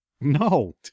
No